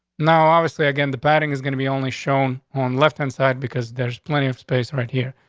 now, obviously again, the batting is gonna be only shown on left inside because there's plenty of space right here,